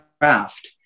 craft